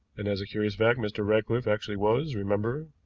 and as a curious fact mr. ratcliffe actually was, remember